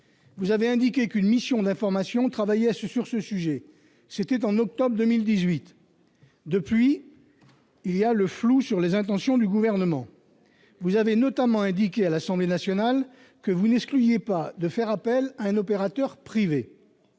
ailleurs indiqué qu'une mission d'information travaillait sur ce sujet. C'était en octobre 2018. Depuis, le flou persiste sur les intentions du Gouvernement. Vous avez notamment indiqué à l'Assemblée nationale que vous n'excluiez pas de faire appel à un opérateur privé.